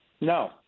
No